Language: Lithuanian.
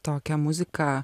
tokią muziką